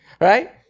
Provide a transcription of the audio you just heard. right